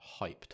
hyped